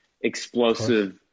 explosive